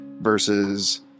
versus